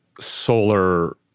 solar